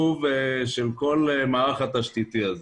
והתקצוב של כל המערך התשתיתי הזה.